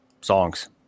songs